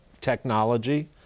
technology